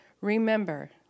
Remember